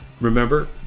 Remember